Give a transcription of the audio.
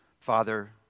Father